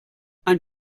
ein